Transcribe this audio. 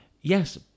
yes